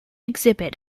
exhibit